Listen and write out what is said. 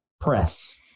press